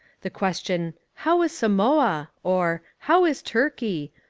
the question how is samoa? or how is turkey?